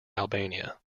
albania